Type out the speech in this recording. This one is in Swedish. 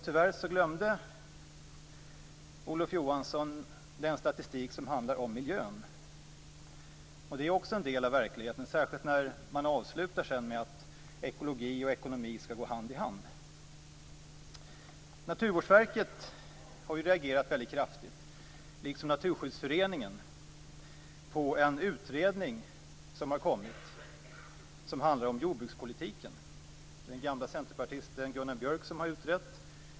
Tyvärr glömde Olof Johansson den statistik som handlar om miljön. Det är också en del av verkligheten, särskilt med tanke på att han avslutade med att säga att ekologi och ekonomi skall gå hand i hand. Naturvårdsverket har reagerat väldigt kraftigt, liksom Naturskyddsföreningen, på en utredning som har kommit som handlar om jordbrukspolitiken. Det är den gamla centerpartisten Gunnar Björk som har utrett.